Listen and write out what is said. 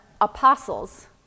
apostles